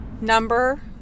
number